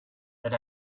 that